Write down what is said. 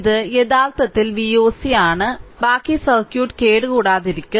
ഇത് യഥാർത്ഥത്തിൽ Voc ആണ് ബാക്കി സർക്യൂട്ട് കേടുകൂടാതെയിരിക്കും